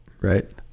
right